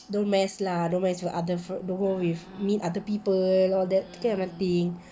don't mess lah don't mess with other fri~ don't go meet with other people all that tu kan